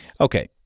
Okay